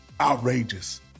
outrageous